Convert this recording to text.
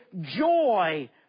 joy